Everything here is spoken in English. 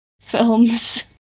films